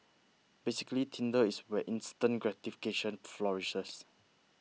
basically tinder is where instant gratification flourishes